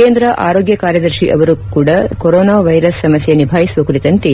ಕೇಂದ್ರ ಆರೋಗ್ಯ ಕಾರ್ಯದರ್ಶಿ ಅವರೂ ಸಹ ಕೊರೋನಾ ವೈರಸ್ ಸಮಸ್ಯೆ ನಿಭಾಯಿಸುವ ಕುರಿತಂತೆ